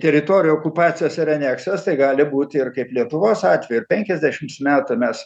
teritorijų okupacijos ir aneksijos tai gali būti ir kaip lietuvos atveju ir penkiasdešims metų mes